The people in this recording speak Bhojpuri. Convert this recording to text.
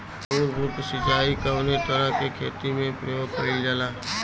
बूंद बूंद सिंचाई कवने तरह के खेती में प्रयोग कइलजाला?